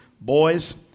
Boys